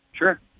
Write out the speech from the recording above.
Sure